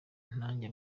nanjye